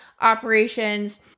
operations